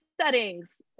settings